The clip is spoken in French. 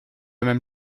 même